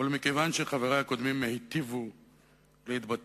אבל מכיוון שחברי הקודמים היטיבו להתבטא,